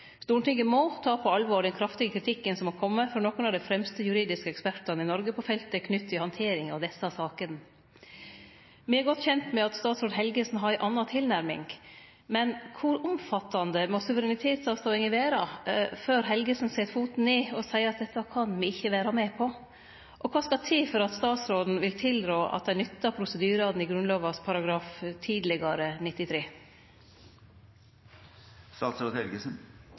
Stortinget må ta på alvor den kraftige kritikken som har kome frå nokre av dei fremste juridiske ekspertane i Noreg på feltet knytt til handtering av desse sakene. Me er godt kjende med at statsråd Helgesen har ei anna tilnærming, men kor omfattande må suverenitetsavståinga vere før Helgesen set foten ned og seier at dette kan me ikkje vere med på? Og kva skal til for at statsråden vil tilrå at ein nyttar prosedyrane i Grunnlovas tidlegare § 93?